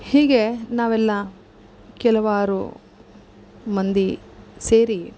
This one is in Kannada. ಹೀಗೆ ನಾವೆಲ್ಲ ಕೆಲವಾರು ಮಂದಿ ಸೇರಿ